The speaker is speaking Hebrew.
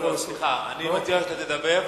סליחה, אני מציע שאתה תדבר.